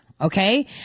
okay